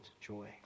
joy